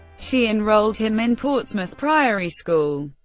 she enrolled him in portsmouth priory school,